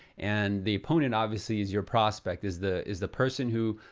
and the opponent, obviously, is your prospect. is the is the person who,